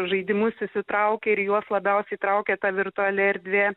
žaidimus įsitraukia ir juos labiausiai traukia ta virtuali erdvė